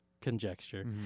conjecture—